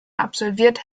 absolviert